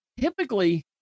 typically